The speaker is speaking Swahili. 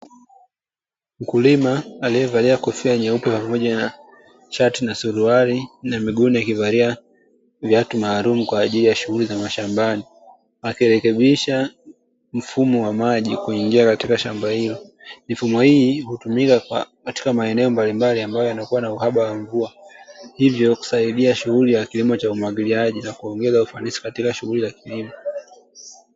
Mkulima aliyevalia kofia nyeupe pamoja na shati na suruali na miguuni akivalia viatu maalum kwa ajili ya shughuli za mashambani, akirekebisha mfumo wa maji kuingia katika shamba hilo, mifumo hii kutumika kwa katika maeneo mbalimbali ambayo yanakuwa na uhaba wa mvua hivyo kusaidia shughuli ya kilimo cha umwagiliaji na kuongeza ufanisi katika shughuli za kilimo.